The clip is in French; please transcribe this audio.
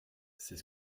ces